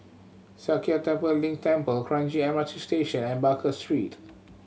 Sakya Tenphel Ling Temple Kranji M R T Station and Baker Street